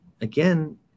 again